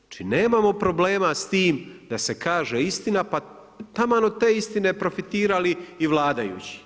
Znači, nemamo problema s tim da se kaže istina, pa taman od te istine profitirali i vladajući.